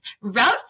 route